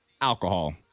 alcohol